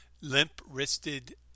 limp-wristed